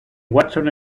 watson